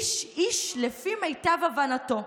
איש-איש לפי מיטב הבנתו,